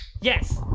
Yes